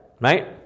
right